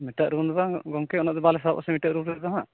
ᱢᱤᱫᱴᱟᱝ ᱨᱩᱢ ᱫᱚ ᱵᱟᱝ ᱜᱚᱝᱠᱮ ᱩᱱᱟᱹᱜ ᱫᱚ ᱵᱟᱞᱮ ᱥᱟᱦᱚᱵᱟ ᱟᱥᱮ ᱢᱤᱫᱴᱮᱡ ᱨᱩᱢ ᱨᱮᱫᱚ ᱦᱟᱸᱜ